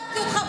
לא הכללתי אותך.